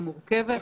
שהיא מורכבת,